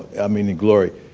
i mean in glory.